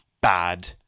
bad